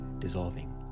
Dissolving